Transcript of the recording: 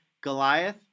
Goliath